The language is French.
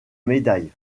médailles